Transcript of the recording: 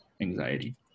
anxiety